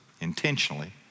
intentionally